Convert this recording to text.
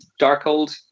Darkhold